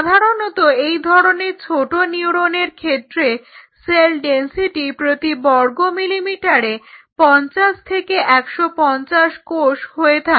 সাধারণত এই ধরনের ছোট নিউরনের ক্ষেত্রে সেল ডেনসিটি প্রতি বর্গ মিলিমিটারে 50 থেকে 150 কোষ হয়ে থাকে